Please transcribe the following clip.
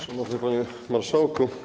Szanowny Panie Marszałku!